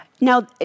Now